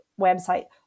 website